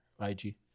IG